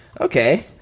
Okay